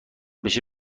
بشه